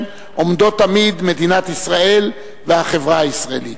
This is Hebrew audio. עומדות תמיד מדינת ישראל והחברה הישראלית.